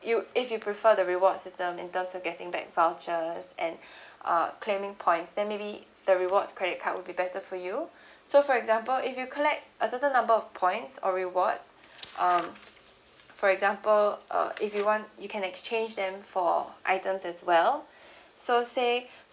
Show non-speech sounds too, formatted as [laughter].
you if you prefer the reward system in terms of getting back vouchers and [breath] uh claiming points then maybe the rewards credit card will be better for you [breath] so for example if you collect a certain number of points or rewards um for example uh if you want you can exchange them for items as well so say